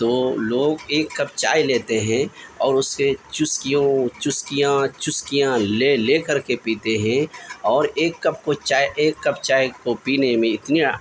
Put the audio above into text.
تو لوگ ایک کپ چائے لیتے ہیں اور اسے چسکیوں چسکیاں چسکیاں لے لے کر کے پیتے ہیں اور ایک کپ کو چائے اور ایک کپ چائے کو پینے میں اتنیا